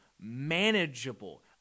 manageable